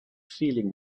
feeling